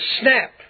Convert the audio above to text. snap